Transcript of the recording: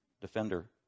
defender